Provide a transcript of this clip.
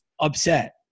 upset